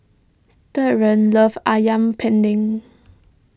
Derrell loves Ayam Pen Din